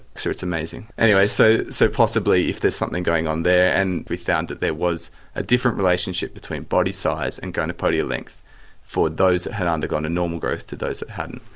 so it's amazing. so so possibly if there's something going on there, and we've found that there was a different relationship between body size and gonapodia length for those that had undergone a normal growth to those that hadn't.